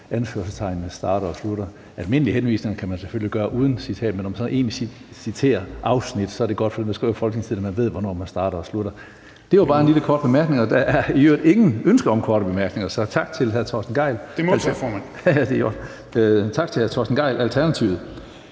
anførselstegnene starter og slutter. Almindelige henvisninger kan man selvfølgelig lave uden citat, men når man sådan egentlig citerer afsnit, er det godt for dem, der skriver i Folketingstidende, at man ved, hvornår det starter og slutter. Det var bare en lille kort bemærkning. (Torsten Gejl (ALT): Det er modtaget, formand.) Der er i øvrigt ingen ønsker om korte bemærkninger, så tak til hr. Torsten Gejl, Alternativet.